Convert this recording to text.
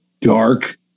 dark